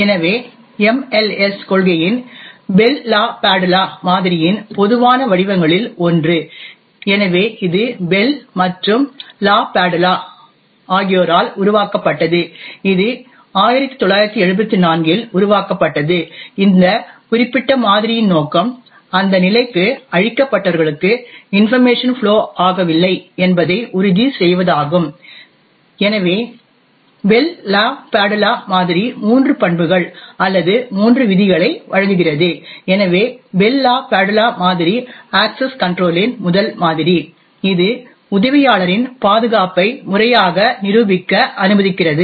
எனவே MLS கொள்கையின் Bell LaPadula மாதிரியின் பொதுவான வடிவங்களில் ஒன்று எனவே இது பெல் மற்றும் லாபாதுலா ஆகியோரால் உருவாக்கப்பட்டது இது 1974 இல் உருவாக்கப்பட்டது இந்த குறிப்பிட்ட மாதிரியின் நோக்கம் அந்த நிலைக்கு அழிக்கப்பட்டவர்களுக்கு இன்பர்மேஷன் ஃப்ளோ ஆகவில்லை என்பதை உறுதி செய்வதாகும் எனவே பெல் லாபாதுலா மாதிரி மூன்று பண்புகள் அல்லது மூன்று விதிகளை வழங்குகிறது எனவே பெல் லாபாதுலா மாதிரி அக்சஸ் கன்ட்ரோல் இன் முதல் மாதிரி இது உதவியாளரின் பாதுகாப்பை முறையாக நிரூபிக்க அனுமதிக்கிறது